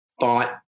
thought